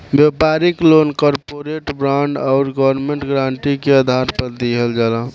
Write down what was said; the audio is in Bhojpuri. व्यापारिक लोन कॉरपोरेट बॉन्ड आउर गवर्नमेंट गारंटी के आधार पर दिहल जाला